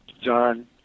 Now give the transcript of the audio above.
John